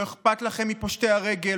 לא אכפת לכם מפושטי הרגל,